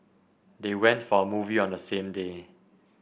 they went for a movie on the same day